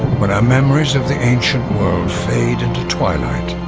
when our memories of the ancient world fade into twilight.